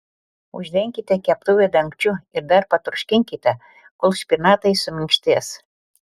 uždenkite keptuvę dangčiu ir dar patroškinkite kol špinatai suminkštės